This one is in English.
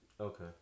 Okay